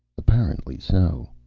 apparently so.